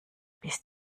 bist